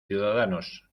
ciudadanos